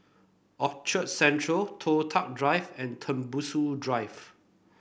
Orchard Central Toh Tuck Drive and Tembusu Drive